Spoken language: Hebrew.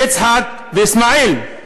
יצחק וישמעאל,